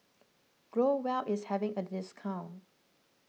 Growell is having a discount